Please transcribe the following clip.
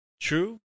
True